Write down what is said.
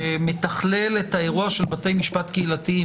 שמתכלל את האירוע של בתי משפט קהילתיים